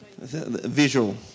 Visual